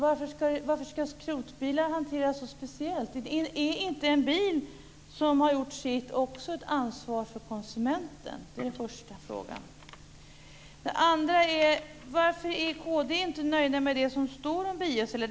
Varför ska skrotbilar hanteras på ett så speciellt sätt? Är inte en bil som har gjort sitt också ett ansvar för konsumenten? Varför är kd inte nöjd med det som står om bioceller?